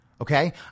Okay